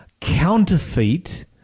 counterfeit –